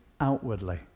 outwardly